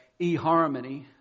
eHarmony